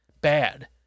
bad